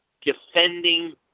defending